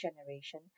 generation